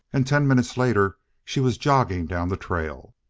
and ten minutes later she was jogging down the trail.